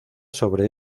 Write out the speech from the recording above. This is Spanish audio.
sobre